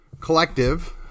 collective